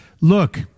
look